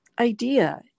idea